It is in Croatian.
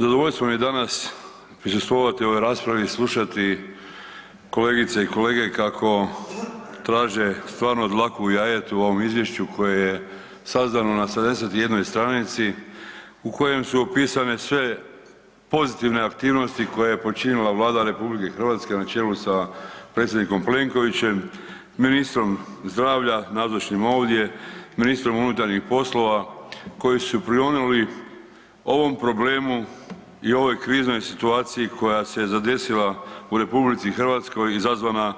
Zadovoljstvo mi je danas prisustvovati u ovoj raspravi i slušati kolegice i kolege kako traže stvarno dlaku u jajetu u ovom izvješću koje je sazdano na 71 stranici u kojem su opisane sve pozitivne aktivnosti koje je počinila Vlada RH na čelu sa predsjednikom Plenkovićem, ministrom zdravlja nazočnim ovdje, ministrom unutarnjih poslova koji su prionuli ovom problemu i ovoj kriznoj situaciji koja se zadesila u RH izazvana